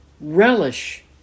Relish